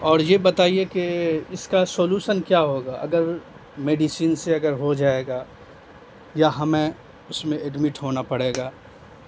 اور یہ بتائیے کہ اس کا سولوشن کیا ہوگا اگر میڈیسین سے اگر ہو جائے گا یا ہمیں اس میں ایڈمٹ ہونا پڑے گا